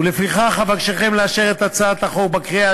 ולפיכך אבקשכם לאשר את הצעת החוק בקריאה